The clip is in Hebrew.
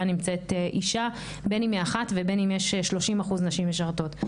נמצאת אישה בן אם היא אחת ובין אם יש 30% נשים משרתות.